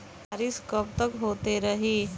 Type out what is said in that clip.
बरिस कबतक होते रही?